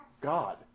God